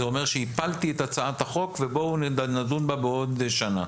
זה אומר שהפלתי את הצעת החוק ובואו נדון בה בעוד שנה.